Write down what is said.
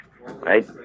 Right